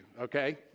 okay